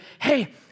hey